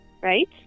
right